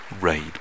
Raid